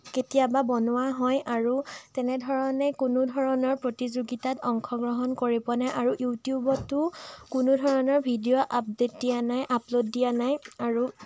কেতিয়াবা বনোৱা হয় আৰু তেনেধৰণে কোনোধৰণৰ প্ৰতিযোগিতাত অংশগ্ৰহণ কৰি পোৱা নাই আৰু ইউটিউবতো কোনো ধৰণৰ ভিডিঅ' আপডেট দিয়া নাই আপল'ড দিয়া নাই আৰু